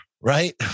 right